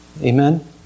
Amen